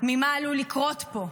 ממה שעלול לקרות פה,